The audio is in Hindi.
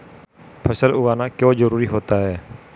फसल उगाना क्यों जरूरी होता है?